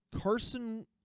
Carson